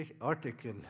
article